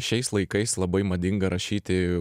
šiais laikais labai madinga rašyti